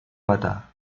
matar